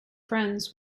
friends